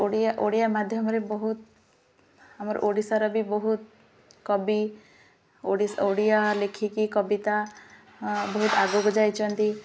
ଓଡ଼ିଆ ଓଡ଼ିଆ ମାଧ୍ୟମରେ ବହୁତ ଆମର ଓଡ଼ିଶାର ବି ବହୁତ କବି ଓଡ଼ିଆ ଲେଖିକି କବିତା ବହୁତ ଆଗକୁ ଯାଇଛନ୍ତି